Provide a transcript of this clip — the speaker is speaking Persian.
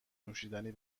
نوشیدنی